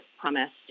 promised